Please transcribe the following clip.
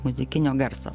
muzikinio garso